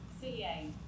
CA